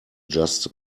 just